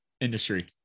industry